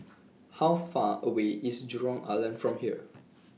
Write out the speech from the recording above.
How Far away IS Jurong Island from here